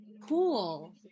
cool